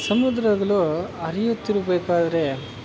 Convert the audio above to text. ಸಮುದ್ರಗಳು ಹರಿಯುತ್ತಿರಬೇಕಾದ್ರೆ